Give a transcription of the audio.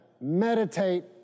meditate